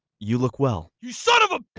you look well. you son of a